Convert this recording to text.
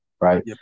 right